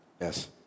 Yes